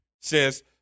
says